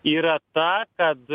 yra ta kad